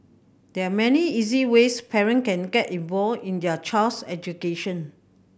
there are many easy ways parent can get involved in their child's education